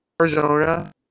Arizona